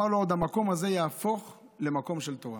הוא אמר לו: המקום הזה עוד יהפוך למקום של תורה.